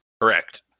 Correct